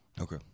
Okay